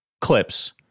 clips